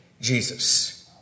Jesus